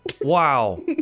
Wow